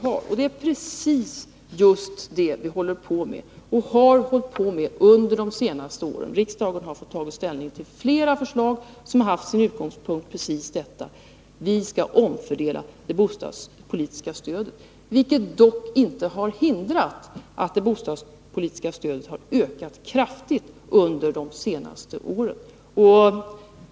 Men det är ju precis detta som vi håller på med och har hållit på med under de senaste åren. Riksdagen har fått ta ställning till flera förslag, som har haft sin utgångspunkt i just detta att vi skall omfördela det bostadspolitiska stödet. Det har dock inte hindrat att det bostadspolitiska stödet under de senaste åren har ökat kraftigt.